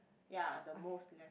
ya the most left